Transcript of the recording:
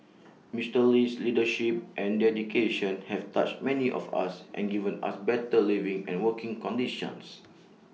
Mister Lee's leadership and dedication have touched many of us and given us better living and working conditions